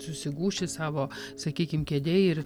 susigūši savo sakykime kėdėj ir